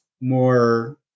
more